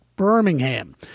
Birmingham